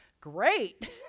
great